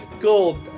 gold